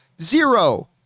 zero